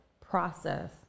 process